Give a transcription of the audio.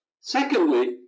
Secondly